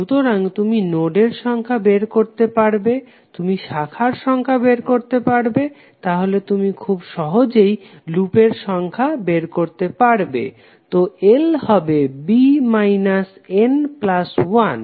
সুতরাং তুমি নোডের সংখ্যা বের করতে পারবে তুমি শাখার সংখ্যা বের করতে পারবে তাহলে তুমি খুব সহজেই লুপের সংখ্যা বের করতে পারবে তো l হবে b n1